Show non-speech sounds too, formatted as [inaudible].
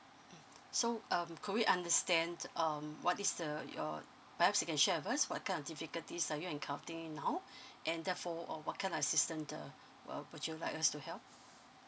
mm so um could we understand um what is the your perhaps you can share with us what kind of difficulties that you are encounting in now [breath] and therefore uh what kind of assistance the uh would you like us to help